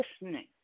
listening